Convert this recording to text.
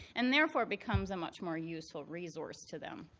and therefore, becomes a much more useful resource to them.